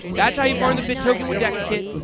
that's how you farm the bitt token with dexkit.